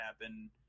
happen